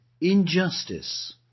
injustice